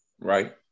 Right